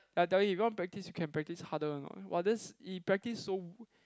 then I tell him you wanna practise you can practise harder or not !wah! that's he practise so